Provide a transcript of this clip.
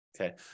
Okay